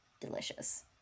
delicious